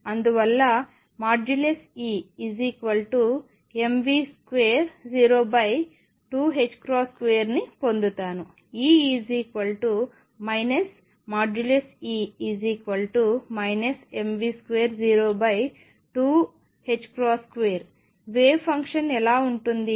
అందువల్ల EmV022ℏ2 ని పొందుతాను E E mV022ℏ2 wave function ఎలా ఉంటుంది